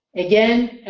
again,